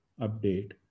update